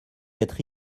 être